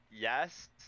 Yes